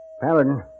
Paladin